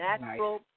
natural